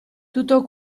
tutto